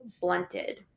blunted